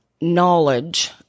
knowledge